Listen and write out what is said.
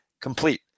complete